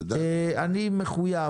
אני מחויב.